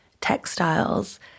textiles